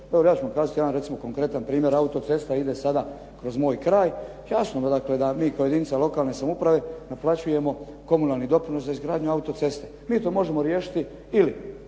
ja ću vam kazati jedan recimo konkretan primjer. Autocesta ide sada kroz moj kraj. Jasno je dakle da mi kao jedinica lokalne samouprave naplaćujemo komunalni doprinos za izgradnju autoceste. Mi to možemo riješiti ili